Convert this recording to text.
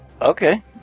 Okay